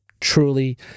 truly –